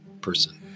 person